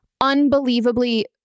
unbelievably